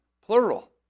plural